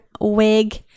wig